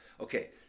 Okay